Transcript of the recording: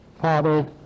Father